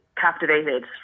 captivated